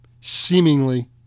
seemingly